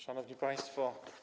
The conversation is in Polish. Szanowni Państwo!